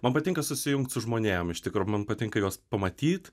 man patinka susijungt su žmonėm iš tikro man patinka juos pamatyt